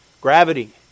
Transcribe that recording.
Gravity